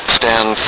stand